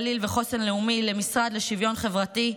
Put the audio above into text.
הגליל והחוסן הלאומי למשרד לשוויון חברתי,